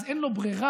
אז אין לו ברירה,